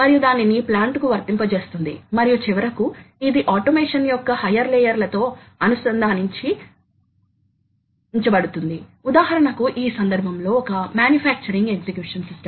కాబట్టి ఈ మోటార్లు చాలా అధునాతన డ్రైవ్ ల ద్వారా నడపబడుతున్నాయని మన భవిష్యత్ పాఠాలలో చూస్తాము